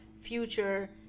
future